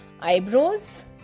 Eyebrows